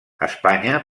espanya